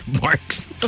marks